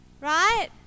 Right